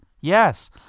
yes